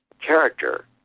character